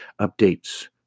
updates